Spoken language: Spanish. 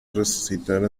resucitar